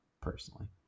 Personally